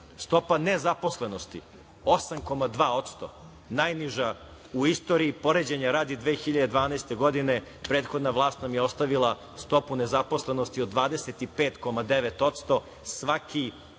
stopa nezaposlenosti - 8,2%, najniža u istoriji. Poređenja radi, 2012. godine prethodna vlast nam je ostavila stopu nezaposlenosti od 25,9%, svaki